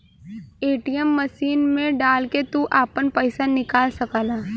ATM machine मे डाल के तू आपन पइसा निकाल सकला